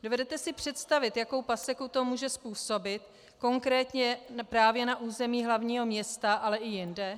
Dovedete si představit, jakou paseku to může způsobit konkrétně právě na území hlavního města, ale i jinde?